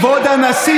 חוצפן.